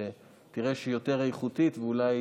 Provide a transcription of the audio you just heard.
שתראה שהיא יותר איכותית ואולי